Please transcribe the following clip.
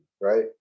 right